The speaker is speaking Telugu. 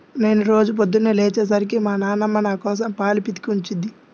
నేను రోజూ పొద్దన్నే లేచే సరికి మా నాన్నమ్మ నాకోసం పాలు పితికి ఉంచుద్ది